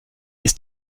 ist